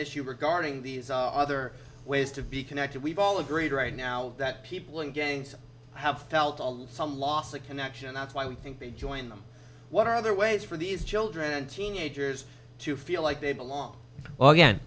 issue regarding these other ways to be connected we've all agreed right now that people in gangs have felt some loss of connection and that's why we think join them what are other ways for these children and teenagers to feel like they belong well again